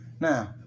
Now